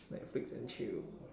Netflix and chill